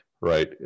right